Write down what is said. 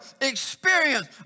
experience